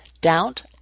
Doubt